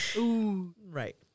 Right